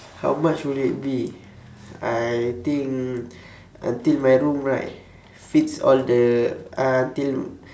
how much would it be I think until my room right fits all the until